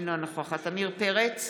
אינה נוכחת עמיר פרץ,